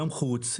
גם את תיירות החוץ,